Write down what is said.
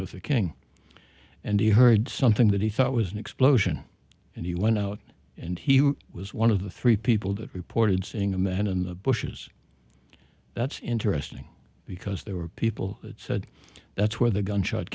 luther king and he heard something that he thought was an explosion and he went out and he was one of the three people that reported seeing a man in the bushes that's interesting because there were people that said that's where the gunshot